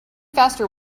faster